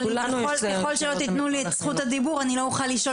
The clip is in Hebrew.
אבל ככול שלא תתנו לי את זכות הדיבור אני לא אוכל לשאול